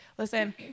Listen